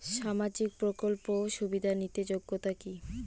সামাজিক প্রকল্প সুবিধা নিতে যোগ্যতা কি?